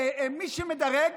מי שמדרג,